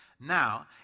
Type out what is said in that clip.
Now